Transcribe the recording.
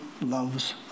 loves